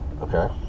Okay